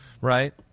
right